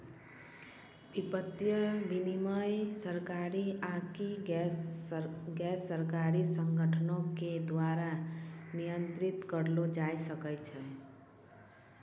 वित्तीय विनियमन सरकारी आकि गैरसरकारी संगठनो के द्वारा नियंत्रित करलो जाय सकै छै